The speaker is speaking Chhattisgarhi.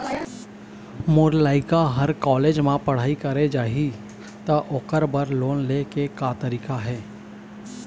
मोर लइका हर कॉलेज म पढ़ई करे जाही, त ओकर बर लोन ले के का तरीका हे?